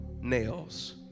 nails